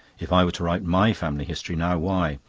if i were to write my family history now! why,